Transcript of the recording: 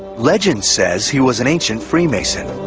legend says he was an ancient freemason.